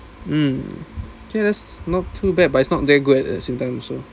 um okay that's not too bad but it's not that good at the same time also